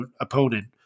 opponent